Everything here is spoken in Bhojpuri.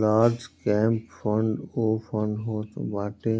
लार्ज कैंप फण्ड उ फंड होत बाटे